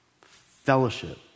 Fellowship